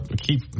keep